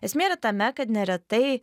esmė yra tame kad neretai